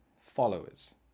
followers